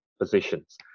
positions